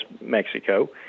Mexico